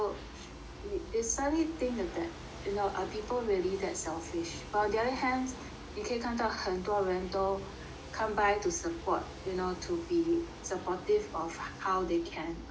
we is suddenly think of that are people really that selfish but on the other hand 你可以看到很多人都 come by to support you know to be supportive of how they can um